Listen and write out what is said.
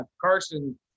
Carson